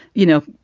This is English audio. you know,